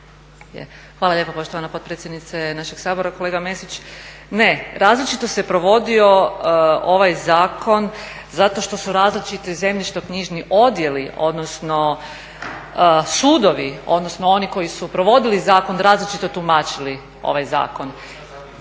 Hvala lijepa poštovana potpredsjednice našeg Sabora. Kolega Mesić, ne različito se provodio ovaj zakon zato što su različiti zemljišno-knjižni odjeli odnosno sudovi, odnosno oni koji su provodili zakon različito tumačili ovaj zakon.